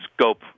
scope